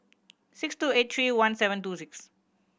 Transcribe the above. six two eight three one seven two six